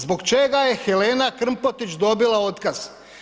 Zbog čega je Helena Krmpotić dobila otkaz?